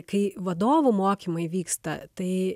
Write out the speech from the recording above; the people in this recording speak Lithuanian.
kai vadovų mokymai vyksta tai